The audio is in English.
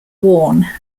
worn